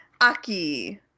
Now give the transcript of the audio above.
Aki